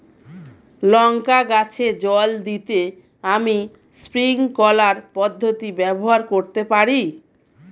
লঙ্কা গাছে জল দিতে আমি স্প্রিংকলার পদ্ধতি ব্যবহার করতে পারি?